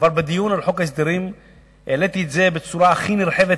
כבר בדיון על חוק ההסדרים העליתי את זה בצורה הכי נרחבת,